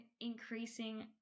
increasing